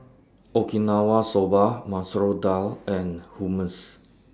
Okinawa Soba Masoor Dal and Hummus